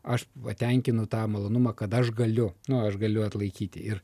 aš patenkinu tą malonumą kad aš galiu nu aš galiu atlaikyti ir